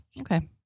Okay